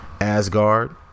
asgard